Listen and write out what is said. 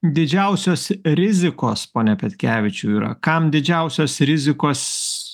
didžiausios rizikos pone petkevičių yra kam didžiausios rizikos